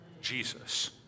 Jesus